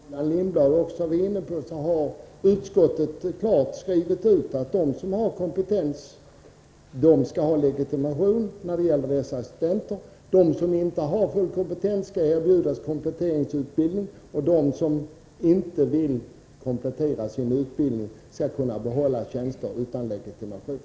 Fru talman! Som framgår av texten på s. 15 i betänkandet och som Gullan Lindblad också nämnde har utskottet klart skrivit att de assistenter som har kompetens skall ha legitimation. De som inte har full kompetens skall erbjudas kompletteringsutbildning, och de som inte vill komplettera sin utbildning skall kunna behålla tjänster utan legitimation.